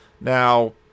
Now